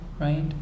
right